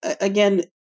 again